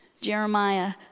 Jeremiah